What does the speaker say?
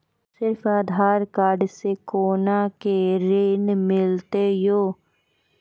सिर्फ आधार कार्ड से कोना के ऋण मिलते यो?